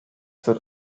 wird